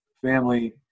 family